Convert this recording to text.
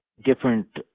different